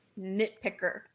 nitpicker